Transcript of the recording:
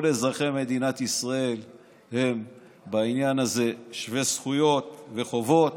כל אזרחי מדינת ישראל הם שווי זכויות וחובות